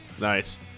nice